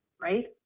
right